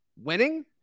winning